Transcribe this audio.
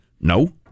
No